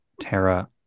Terra